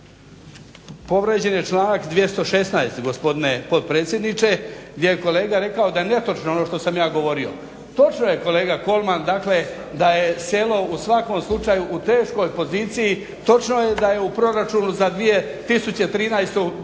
Povrijeđen je članak 216. gospodine potpredsjedniče gdje je kolega rekao da je netočno ono što sam ja govorio. Točno je kolega Kolman, dakle da je selo u svakom slučaju u teškoj poziciji, točno je da je u Proračunu za 2013. potpore